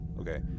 okay